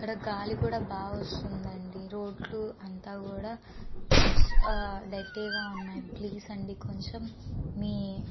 ఇక్కడ గాలి కూడా బాగా వస్తుందండి రోడ్లు అంతా కూడా డర్టీగా ఉన్నాయి ప్లీస్ అండి కొంచెం మీ